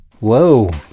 Whoa